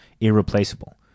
irreplaceable